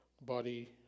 body